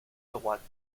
droite